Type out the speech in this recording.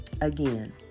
Again